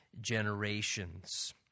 generations